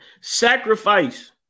Sacrifice